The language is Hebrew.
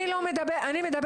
למה לא?